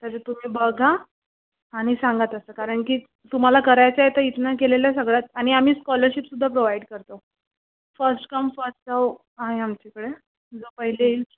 तर तुम्ही बघा आणि सांगा तसं कारण की तुम्हाला करायचं आहे तर इथनं केलेलं सगळ्यात आणि आम्ही स्कॉलरशिपसुद्धा प्रोव्हाइड करतो फर्स्ट कम फर्स्ट सव आहे आमच्याकडे जो पहिले येईल